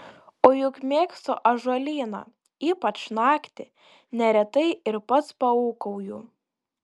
o juk mėgstu ąžuolyną ypač naktį neretai ir pats paūkauju